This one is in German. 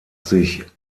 sich